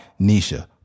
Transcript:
Nisha